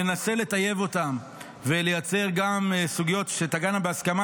ננסה לטייב אותן ולייצר גם סוגיות שתגענה בהסכמה,